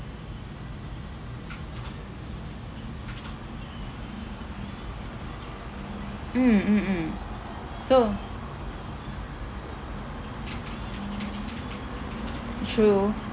mm mm mm so true